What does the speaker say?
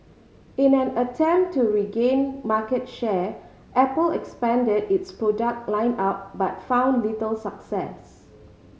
in an attempt to regain market share Apple expanded its product line up but found little success